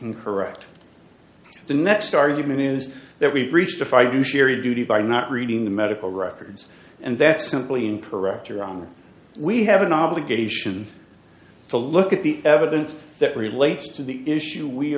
and correct the next argument is that we breached if i do share duty by not reading the medical records and that's simply incorrect your honor we have an obligation to look at the evidence that relates to the issue we